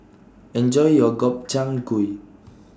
Enjoy your Gobchang Gui